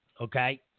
Okay